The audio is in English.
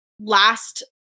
last